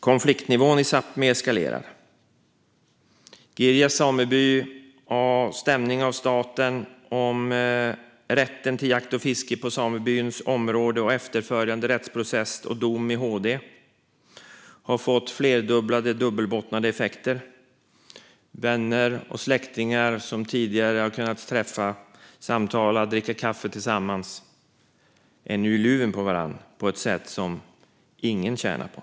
Konfliktnivån i Sápmi eskalerar. Girjas samebys stämning av staten gällande rätten till jakt och fiske på samebyns område och efterföljande rättsprocess och dom i HD har fått flera dubbelbottnade effekter. Vänner och släktingar som tidigare har kunnat träffas, samtala och dricka kaffe tillsammans är nu i luven på varandra på ett sätt som ingen tjänar på.